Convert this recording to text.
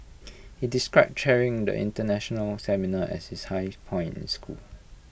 he describe chairing the International seminar as his high point in school